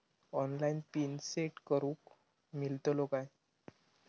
Online pin set करूक मेलतलो काय?